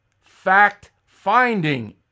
Fact-finding